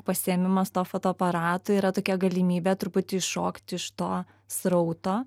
pasiėmimas to fotoaparato yra tokia galimybė truputį iššokti iš to srauto